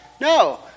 No